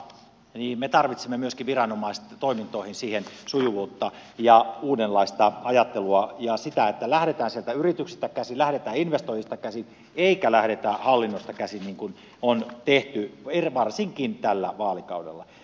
me tarvitsemme myöskin viranomaistoimintoihin sujuvuutta ja uudenlaista ajattelua ja sitä että lähdetään sieltä yrityksistä käsin lähdetään investoijista käsin eikä lähdetä hallinnosta käsin niin kuin on tehty varsinkin tällä vaalikaudella